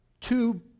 two